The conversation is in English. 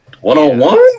One-on-one